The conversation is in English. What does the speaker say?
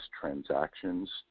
transactions